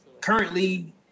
currently